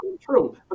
true